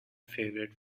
favorite